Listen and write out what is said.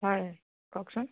হয় কওকচোন